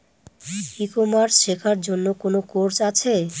ই commerce শেক্ষার জন্য কোন কোর্স আছে?